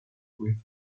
with